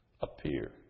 appear